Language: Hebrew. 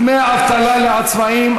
דמי אבטלה לעצמאים),